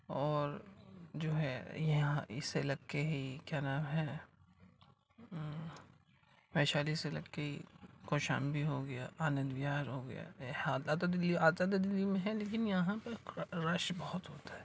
اور جو ہے یہاں اس سے لگ کے ہی کیا نام ہے ویشالی سے لگ کے ہی کوشامبی ہو گیا آنند وہار ہو گیا آتا تو دلی میں ہے لیکن یہاں پہ رش بہت ہوتا ہے